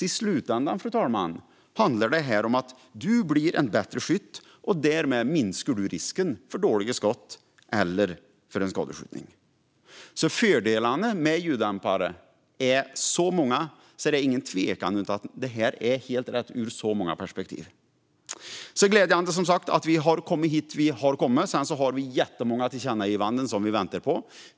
I slutändan, fru talman, handlar detta om att man blir en bättre skytt, och därmed minskar risken för dåliga skott eller skadeskjutning. Fördelarna med ljuddämpare är så många att det inte är någon tvekan om att det är helt rätt ur många perspektiv. Det är som sagt glädjande att vi har kommit dit vi har kommit. Sedan har vi jättemånga tillkännagivanden som vi väntar på.